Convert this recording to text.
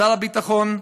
שר הביטחון,